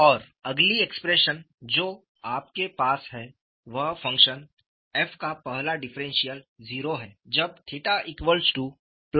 और अगली एक्सप्रेशन जो आपके पास है वह फ़ंक्शन f का पहला डिफरेंशियल 0 है जब 𝜽±𝜶 है